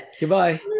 goodbye